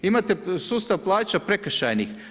Imate sustav plaća prekršajnih.